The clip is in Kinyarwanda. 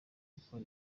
gukora